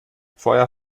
feuer